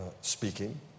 speaking